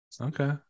okay